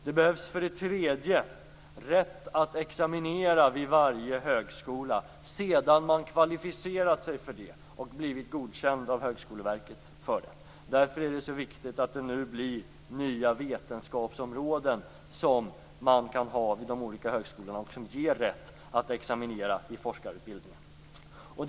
Det behövs för det tredje rätt att examinera vid varje högskola sedan man där kvalificerat sig och blivit godkänd av Högskoleverket för det. Det är därför viktigt att man vid de olika högskolorna får nya vetenskapsområden som ger rätt till examination i forskarutbildningen.